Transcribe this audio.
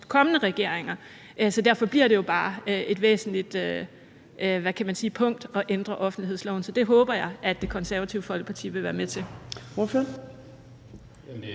kommende regeringer, så derfor bliver det jo bare et væsentligt punkt at ændre offentlighedsloven. Så det håber jeg at Det Konservative Folkeparti vil være med til.